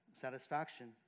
Satisfaction